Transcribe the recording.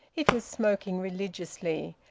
it was smoking religiously,